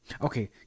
Okay